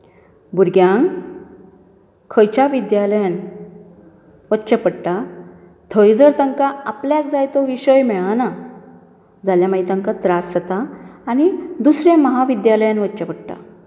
भुरग्यांक खंयच्या विद्यालयात वचचें पडटा थंय जर तांकां आपल्याक जाय तो विशय मेळना जाल्यार मागीर तांकां त्रास जाता आनी दुसऱ्या महाविद्यालयात वयचें पडटा